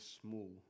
small